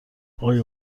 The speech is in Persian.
آقای